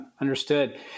understood